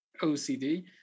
OCD